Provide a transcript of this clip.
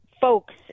folks